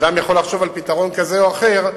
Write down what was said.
אדם יכול לחשוב על פתרון כזה או אחר.